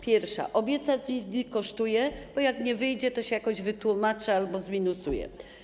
Pierwsza: obiecać nic nie kosztuje, bo jak nie wyjdzie, to się jakoś wytłumaczy albo zminusuje.